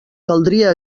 caldria